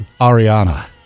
Ariana